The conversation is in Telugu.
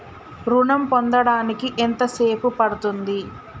ఋణం పొందడానికి ఎంత సేపు పడ్తుంది?